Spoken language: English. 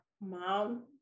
mom